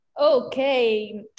okay